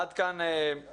עד כאן מבחינתי.